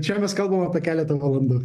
čia mes kalbam apie keletą valandų